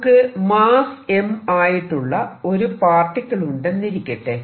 നമുക്ക് mass m ആയിട്ടുള്ള ഒരു പാർട്ടിക്കിൾ ഉണ്ടെന്നിരിക്കട്ടെ